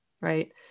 Right